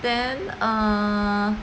then err